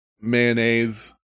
mayonnaise